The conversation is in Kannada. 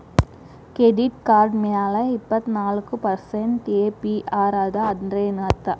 ಕೆಡಿಟ್ ಕಾರ್ಡ್ ಮ್ಯಾಲೆ ಇಪ್ಪತ್ನಾಲ್ಕ್ ಪರ್ಸೆಂಟ್ ಎ.ಪಿ.ಆರ್ ಅದ ಅಂದ್ರೇನ್ ಅರ್ಥ?